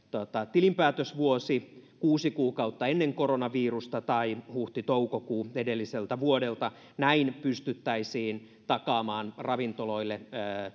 tilinpäätösvuosi kuusi kuukautta ennen koronavirusta tai huhti toukokuu edelliseltä vuodelta näin pystyttäisiin takaamaan ravintoloille